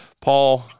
Paul